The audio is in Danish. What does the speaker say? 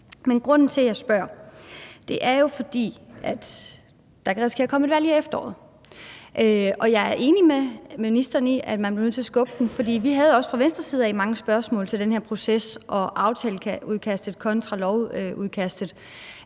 Grunden til, at jeg spørger, er jo, at der kan risikere at komme et valg til efteråret. Jeg er enig med ministeren i, at man bliver nødt til at skubbe den, for vi havde også fra Venstres side mange spørgsmål til den her proces og aftaleudkastet kontra lovudkastet,